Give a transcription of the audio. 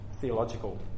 theological